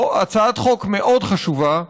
זאת הצעת חוק מאוד חשובה.